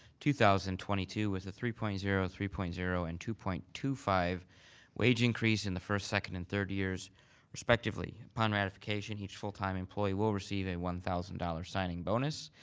two thousand and twenty two, with a three point zero, three point zero and two point two five wage increase in the first, second and third years respectively. upon ratification each full time employee will receive a one thousand dollars signing bonus.